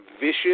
vicious